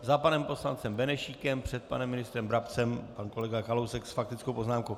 Za panem poslancem Benešíkem, před panem ministrem Brabcem pan kolega Kalousek s faktickou poznámkou.